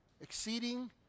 Exceeding